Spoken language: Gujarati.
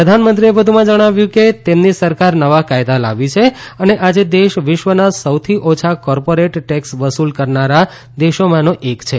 પ્રધાનમંત્રીએ વધુમાં જણાવ્યું કે તેમની સરકાર નવા કાયદા લાવી છે અને આજે દેશ વિશ્વના સૌથી ઓછા કોર્પોરેટ ટેક્સ વસૂલ કરનારા દેશમાંનો એક છે